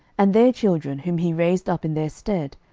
and their children, whom he raised up in their stead,